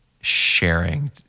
sharing